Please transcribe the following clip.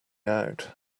out